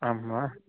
आम् वा